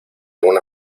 una